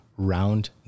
round